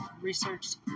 researched